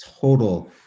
total